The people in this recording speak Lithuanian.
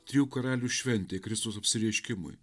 trijų karalių šventei kristaus apsireiškimui